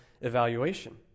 evaluation